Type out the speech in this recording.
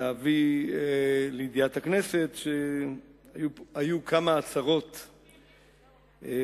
להביא לידיעת הכנסת שבימים האחרונים נאמרו כמה הצהרות חמורות,